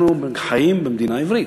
אנחנו חיים במדינה עברית.